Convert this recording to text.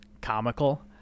comical